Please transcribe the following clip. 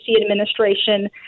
administration